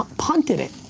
punted it.